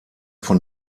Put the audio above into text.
von